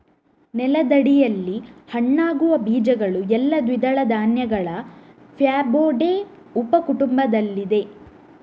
ನೆಲದಡಿಯಲ್ಲಿ ಹಣ್ಣಾಗುವ ಬೀಜಗಳು ಎಲ್ಲಾ ದ್ವಿದಳ ಧಾನ್ಯಗಳ ಫ್ಯಾಬೊಡೆ ಉಪ ಕುಟುಂಬದಲ್ಲಿವೆ